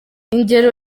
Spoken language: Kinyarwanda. ingero